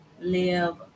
live